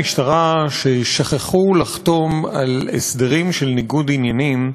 של קציני המשטרה ששכחו לחתום על הסדרים של ניגוד עניינים,